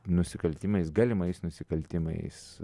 nusikaltimais galimais nusikaltimais